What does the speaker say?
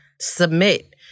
submit